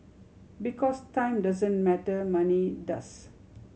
because time doesn't matter money does